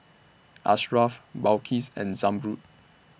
Ashraf Balqis and Zamrud